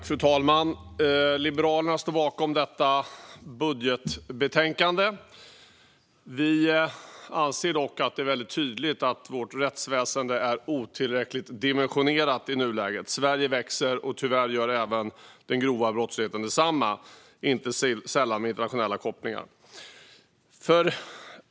Fru talman! Liberalerna står bakom detta budgetbetänkande. Vi anser dock att det är väldigt tydligt att vårt rättsväsen i nuläget är otillräckligt dimensionerat. Sverige växer, och tyvärr gör den grova brottsligheten detsamma, inte sällan med internationella kopplingar.